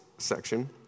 section